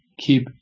keep